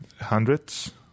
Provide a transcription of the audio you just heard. hundreds